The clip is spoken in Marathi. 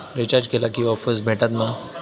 रिचार्ज केला की ऑफर्स भेटात मा?